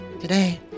today